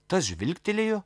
tas žvilgtelėjo